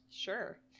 Sure